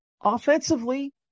Offensively